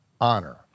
honor